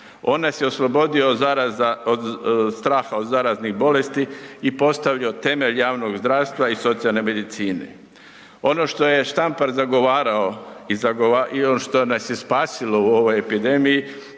On nas je oslobodio od zaraza, od straha od zaraznih bolesti i postavio temelj javnog zdravstva i socijalne medicine. Ono što je Štampar zagovarao i što nas je spasilo u ovoj epidemiji